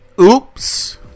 Oops